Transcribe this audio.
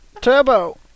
Turbo